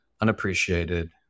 unappreciated